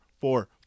four